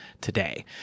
today